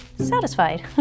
satisfied